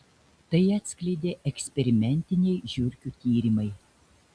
tai atskleidė eksperimentiniai žiurkių tyrimai